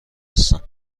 هستند